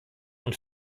und